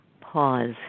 pause